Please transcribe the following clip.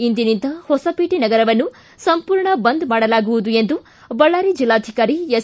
ಇಂದಿನಿಂದ ಹೊಸಪೇಟೆ ನಗರವನ್ನು ಸಂಪೂರ್ಣ ಬಂದ್ ಮಾಡಲಾಗುವುದು ಎಂದು ಬಳ್ಳಾರಿ ಜೆಲ್ಲಾಧಿಕಾರಿ ಎಸ್